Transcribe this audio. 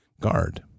guard